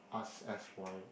ask S_Y